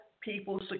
people